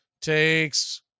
takes